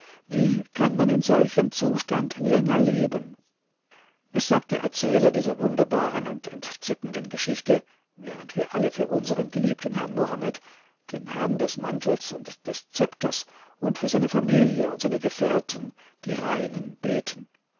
wie kann man in solchem zustand länger leben es sagt der erzähler dieser wunderbaren und entzückenden geschichte während wir alle für unsern geliebten herrn mohammed den herrn des mantels und des zepters und für seine familie und seine gefährten die reinen beten